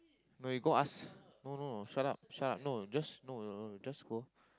no you go ask no no shut up shut up no just no no just go